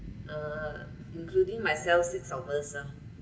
uh including myself six of us [lah